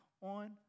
on